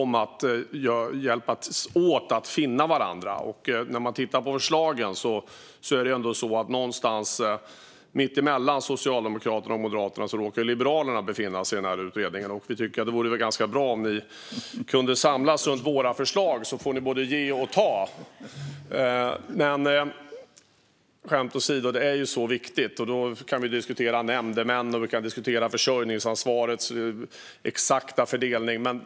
Man måste hjälpas åt att finna varandra. I den här utredningen råkar Liberalerna befinna sig mitt emellan Socialdemokraterna och Moderaterna, så det vore väl ganska bra om vi kunde samlas runt våra förslag, så får ni både ge och ta. Skämt åsido - det här är så viktigt. Vi kan diskutera nämndemän, och vi kan diskutera försörjningsansvarets exakta fördelning.